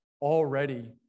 already